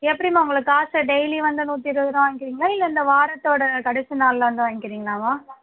எப்படிம்மா உங்களுக்கு காசு டெய்லி வந்து நூற்றி இருபது ரூபாய் வாங்கிக்குவீங்களா இல்லை இந்த வாரத்தோட கடைசி நாளில் வந்து வாங்கிக்கறீங்களாமா